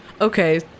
Okay